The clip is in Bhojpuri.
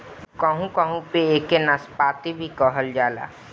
कहू कहू पे एके नाशपाती भी कहल जाला